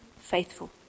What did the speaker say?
faithful